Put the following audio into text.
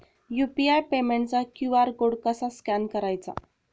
UPI पेमेंटचा QR code कसा scan करायचा?